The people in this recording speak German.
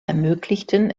ermöglichten